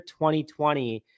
2020